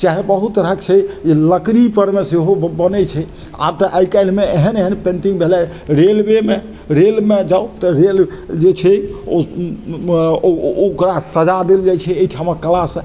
चाहय बहुत तरहके छै जे लकड़ी परमे सेहो बनय छै आब तऽ आइ काल्हिमे एहन एहन पेन्टिंग भेलय रेलवेमे रेलमे जाउ तऽ रेल जे छै ओकरा सजा देल जाइ छै अइ ठामक कलासँ